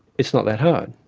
it's not that hard.